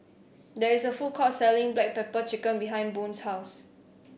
there is a food court selling Black Pepper Chicken behind Boone's house